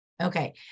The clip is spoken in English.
Okay